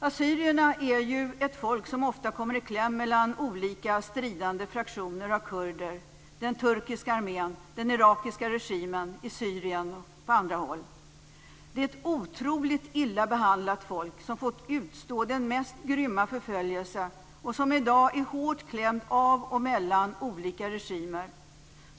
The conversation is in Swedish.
Assyrierna är ett folk som ofta kommer i kläm mellan olika stridande fraktioner av kurder, den turkiska armén och den irakiska regimen i Syrien och på andra håll. Det är ett otroligt illa behandlat folk, som fått utstå den mest grymma förföljelse och som i dag är hårt klämt av och mellan olika regimer.